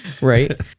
right